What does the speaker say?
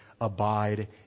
abide